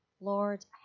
Lord